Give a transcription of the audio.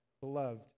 beloved